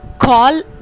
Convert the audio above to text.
call